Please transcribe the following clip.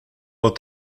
dans